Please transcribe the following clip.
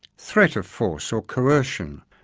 threat of force or coercion,